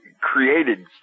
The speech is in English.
created